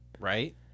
Right